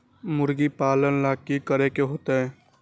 मुर्गी पालन ले कि करे के होतै?